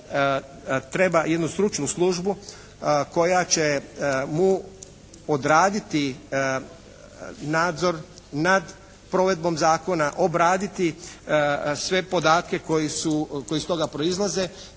treba jednu stručnu službu koja će mu odraditi nadzor nad provedbom zakona, obraditi sve podatke koji iz toga proizlaze